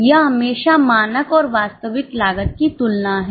यह हमेशा मानक और वास्तविक लागत की तुलना है